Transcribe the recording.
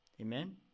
Amen